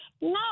No